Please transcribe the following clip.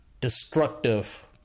destructive